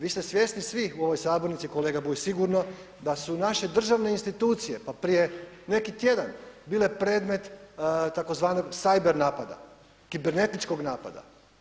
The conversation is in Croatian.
Vi ste svjesni svi u ovoj sabornici kolega Bulj sigurno da su naše državne institucije pa prije neki tjedan bile predmet tzv. cyber napada, kibernetičkog napada.